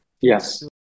Yes